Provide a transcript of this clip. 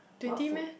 twenty meh